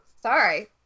sorry